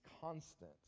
constant